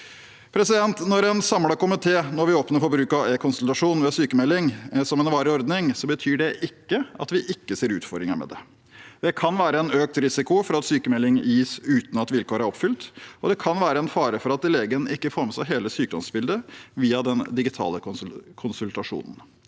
Når en samlet komité nå vil åpne for bruk av e-konsultasjon ved sykmelding som en varig ordning, betyr det ikke at vi ikke ser utfordringer med det. Det kan være en økt risiko for at sykmelding gis uten at vilkårene er oppfylt, og det kan være en fare for at legen ikke får med seg hele sykdomsbildet via den digitale konsultasjonen.